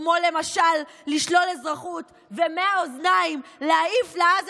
כמו למשל לשלול אזרחות ומהאוזניים להעיף לעזה